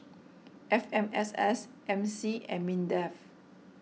F M S S M C and Mindef